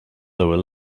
lower